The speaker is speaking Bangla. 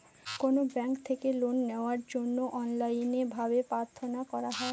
কোনো ব্যাঙ্ক থেকে লোন নেওয়ার জন্য অনলাইনে ভাবে প্রার্থনা করা হয়